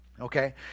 Okay